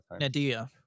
Nadia